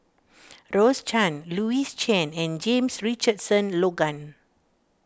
Rose Chan Louis Chen and James Richardson Logan